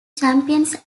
champions